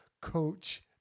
Coach